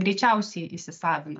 greičiausiai įsisavina